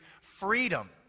Freedom